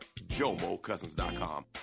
JomoCousins.com